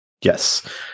Yes